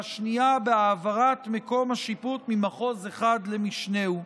והשנייה, בהעברת מקום השיפוט ממחוז אחד למשנהו.